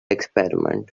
experiment